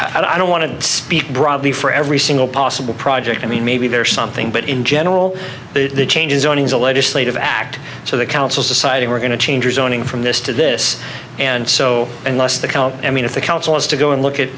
i don't want to speak broadly for every single possible project i mean maybe there is something but in general the change is only as a legislative act so the council society we're going to change is owning from this to this and so unless the help i mean if the council is to go and look at